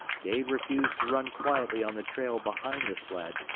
dave refused to run quietly on the trail behind the sled,